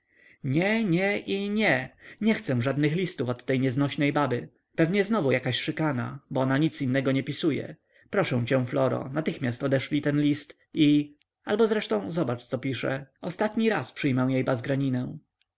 nie nie i nie nie chcę żadnych listów od tej nieznośnej baby pewnie znowu jakaś szykana bo ona nic innego nie pisuje proszę cię floro natychmiast odeszlij ten list i albo zresztą zobacz co pisze ostatni raz przyjmę jej